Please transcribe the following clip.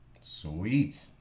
Sweet